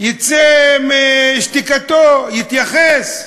יצא משתיקתו, יתייחס.